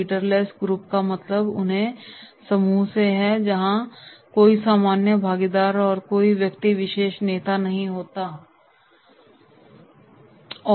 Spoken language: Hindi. लीडरलेस ग्रुप का मतलब उन समूहों से है जहां हर कोई सामान्य भागीदार है और कोई व्यक्ति विशेष नेता नहीं है